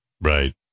Right